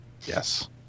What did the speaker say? Yes